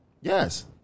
Yes